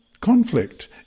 conflict